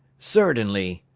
certainly,